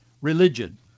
religion